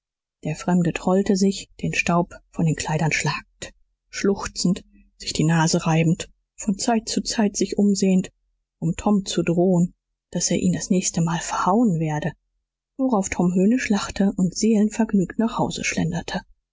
der fremde trollte sich sich den staub von den kleidern schlagend schluchzend sich die nase reibend von zeit zu zeit sich umsehend um tom zu drohen daß er ihn das nächste mal verhauen werde worauf tom höhnisch lachte und seelenvergnügt nach hause schlenderte